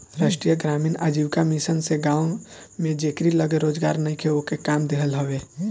राष्ट्रीय ग्रामीण आजीविका मिशन से गांव में जेकरी लगे रोजगार नईखे ओके काम देहल हवे